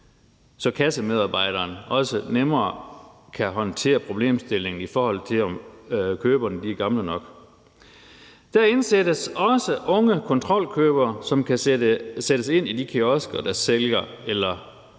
så kassemedarbejderen også nemmere kan håndtere problemstillingen, altså i forhold til om køberne er gamle nok. Der indsættes også unge kontrolkøbere, som kan sættes ind i de kiosker, der sælger alle mulige